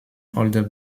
older